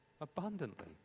abundantly